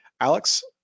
Alex